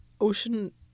Ocean